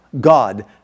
God